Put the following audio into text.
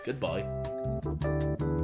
goodbye